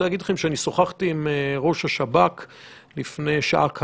שוחחתי עם ראש השב"כ לפני שעה קלה.